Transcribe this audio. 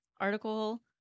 article